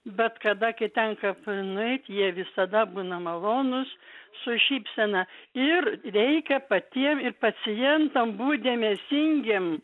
bet kada kai tenka nueit jie visada būna malonūs su šypsena ir reikia patiem ir pacientam būt dėmesingiem